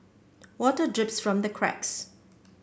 water drips from the cracks